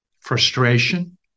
frustration